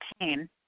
pain